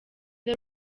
the